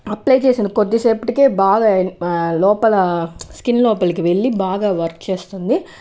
apply చేసిన కొద్దిసేపటికే బాగా ఆ లోపల స్కిన్ లోపలికి వెళ్లి బాగా వర్క్ చేస్తుంది